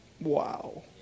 Wow